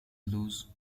lose